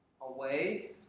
away